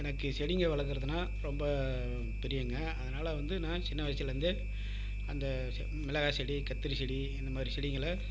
எனக்கு செடிங்கள் வளர்க்கறதுன்னா ரொம்ப தெரியுங்க அதனாலே வந்து நான் சின்ன வயசுலேருந்தே அந்த மிளகாய் செடி கத்திரி செடி இந்த மாதிரி செடிங்களை